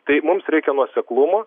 tai mums reikia nuoseklumo